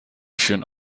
führen